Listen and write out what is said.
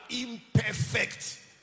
imperfect